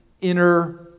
inner